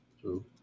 true